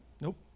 Nope